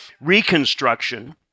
Reconstruction